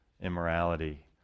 immorality